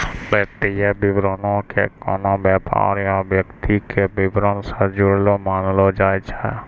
वित्तीय विवरणो के कोनो व्यापार या व्यक्ति के विबरण से जुड़लो मानलो जाय छै